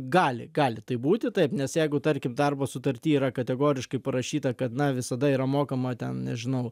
gali gali taip būti taip nes jeigu tarkim darbo sutarty yra kategoriškai parašyta kad na visada yra mokama ten nežinau